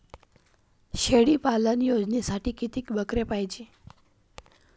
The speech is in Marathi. शेळी पालन योजनेसाठी किती बकऱ्या पायजे?